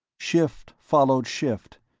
shift followed shift,